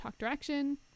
talkdirection